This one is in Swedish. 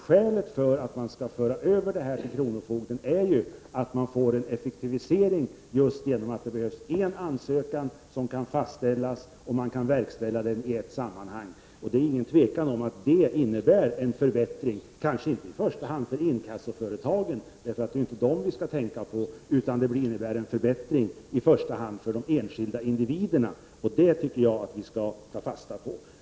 Skälet att föra över det här till kronofogden är den effektivisering som ligger i att det behövs en ansökan och ett beslut för att man i ett sammanhang skall kunna verkställa besluten. Det råder inget tvivel om att det innebär en förbättring — kanske inte i första hand för inkassoföretagen, för det är ju inte dem vi skall tänka på, utan i första hand för de enskilda individerna. Det tycker jag att vi skall ta fasta på.